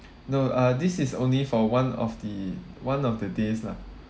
no uh this is only for one of the one of the days lah